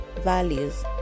values